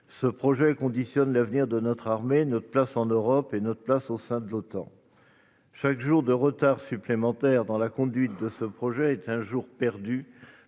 Ce projet conditionne l'avenir de notre armée, ainsi que notre place en Europe et au sein de l'Otan. Chaque jour de retard supplémentaire dans la conduite de ce projet est un jour perdu